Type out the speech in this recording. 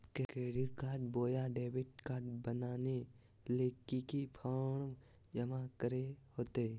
Credit card बोया debit card बनाने ले की की फॉर्म जमा करे होते?